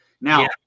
Now